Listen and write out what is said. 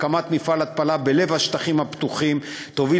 הקמת מפעל התפלה בלב השטחים הפתוחים תוביל